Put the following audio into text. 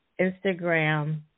Instagram